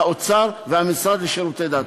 משרד האוצר והמשרד לשירותי דת,